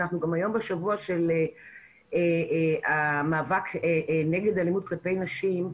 אנחנו גם היום בשבוע של המאבק נגד אלימות כלפי נשים.